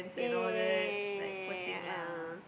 yeah yeah yeah yeah yeah yeah yeah yeah yeah yeah yeah